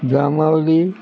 Jambavali